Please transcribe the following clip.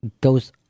goes